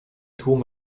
tłum